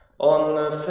on the